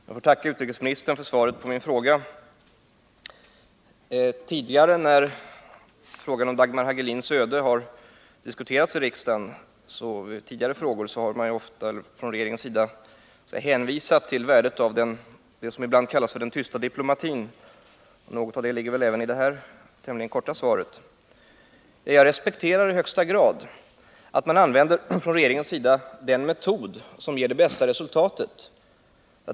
Herr talman! Jag tackar utrikesministern för svaret på min fråga. Tidigare när frågan om Dagmar Hagelins öde har diskuterats i riksdagen, har man ofta från regeringens sida hänvisat till värdet av vad som ibland kallas ”den tysta diplomatin”. Något av det ligger även i det här korta svaret. Jag respekterar i högsta gradatt man från regeringens sida använder den metod som ger det bästa resultatet.